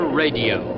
radio